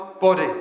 body